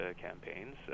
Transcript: campaigns